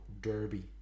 Derby